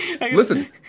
Listen